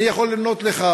אני יכול למנות לך